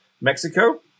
Mexico